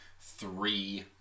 three